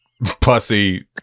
pussy